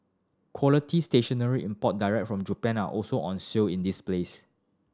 quality stationery imported directly from Japan are also on sale in this place